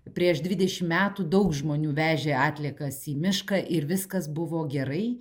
prieš dvidešim metų daug žmonių vežė atliekas į mišką ir viskas buvo gerai